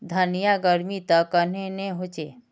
धनिया गर्मित कन्हे ने होचे?